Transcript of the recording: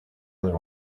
other